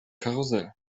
karussell